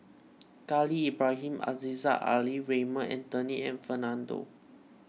Khalil Ibrahim Aziza Ali Raymond Anthony and Fernando